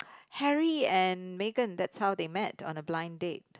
Harry and Megan that's how they met on a blind date